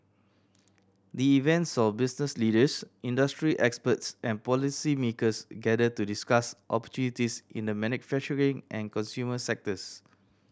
the event saw business leaders industry experts and policymakers gather to discuss opportunities in the manufacturing and consumer sectors